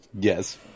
Yes